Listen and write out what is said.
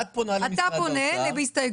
את פונה למשרד האוצר.